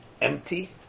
empty